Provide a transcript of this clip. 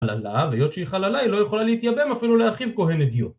חללה. והיות שהיא חללה, היא לא יכולה להתייבם, אפילו לאחיו כהן הדיוט.